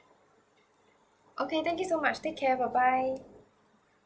okay thank you so much take care bye bye